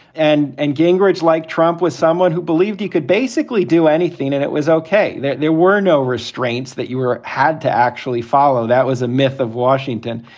and and gingrich, like trump, was someone who believed he could basically do anything. and it was ok that there were no restraints that you were had to actually follow. that was a myth of washington.